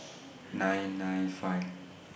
nine nine five